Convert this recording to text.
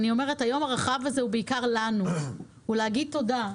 היום הרחב הזה הוא בעיקר לנו, הוא להגיד תודה.